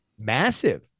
massive